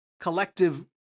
collective